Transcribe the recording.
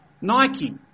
Nike